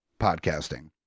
podcasting